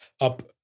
up